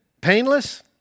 painless